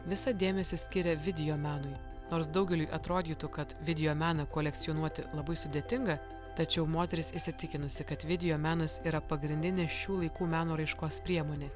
visą dėmesį skiria videomenui nors daugeliui atrodytų kad videomeną kolekcionuoti labai sudėtinga tačiau moteris įsitikinusi kad videomenas yra pagrindinė šių laikų meno raiškos priemonė